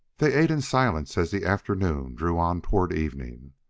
they ate in silence as the afternoon drew on toward evening.